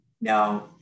no